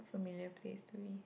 familiar place to me